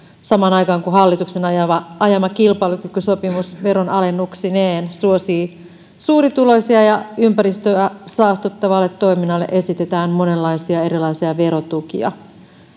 samaan aikaan kun hallituksen ajama ajama kilpailukykysopimus veronalennuksineen suosii suurituloisia ja ympäristöä saastuttavalle toiminnalle esitetään monenlaisia erilaisia verotukia